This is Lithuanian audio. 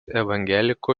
evangelikų